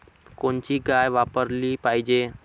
कोनची गाय वापराली पाहिजे?